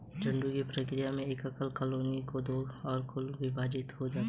झुंड की प्रक्रिया में एक एकल कॉलोनी दो से अधिक अलग अलग कॉलोनियों में विभाजित हो जाती है